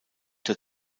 der